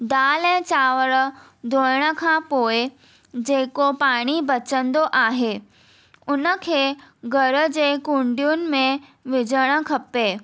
दालि ऐं चांवर धोइण खां पोइ जेको पाणी बचंदो आहे उनखे घर जे कुंॾियुनि में विझणु खपे